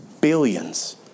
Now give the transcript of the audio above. billions